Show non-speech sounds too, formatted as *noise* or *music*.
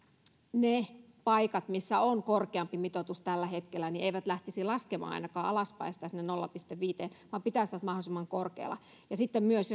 ne paikat missä on korkeampi mitoitus tällä hetkellä eivät lähtisi sitä laskemaan ainakaan alaspäin sinne nolla pilkku viiteen vaan pitäisivät mahdollisimman korkealla ja sitten myös *unintelligible*